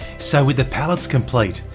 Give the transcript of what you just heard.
so with the pallets complete,